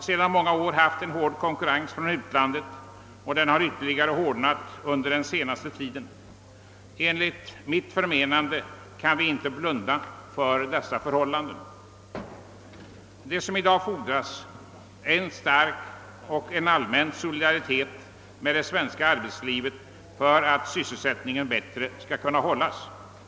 Sedan många år har vi känt av en hård konkurrens från utlandet, vilken har hårdnat ytterligare under den allra senaste tiden. Enligt mitt förmenande kan vi nu inte längre blunda för dessa förhållanden. Vad som i dag fordras är en allmän och stark solidaritet med det svenska arbetslivet för att sysselsättningen skall kunna upprätthållas bättre än hittills.